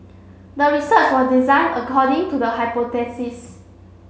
the research was designed according to the hypothesis